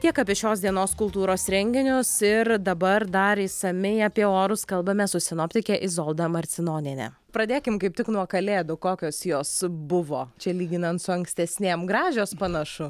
tiek apie šios dienos kultūros renginius ir dabar dar išsamiai apie orus kalbame su sinoptike izolda marcinoniene pradėkim kaip tik nuo kalėdų kokios jos buvo čia lyginant su ankstesnėm gražios panašu